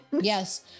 Yes